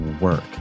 work